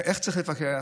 על איך צריך לפקח,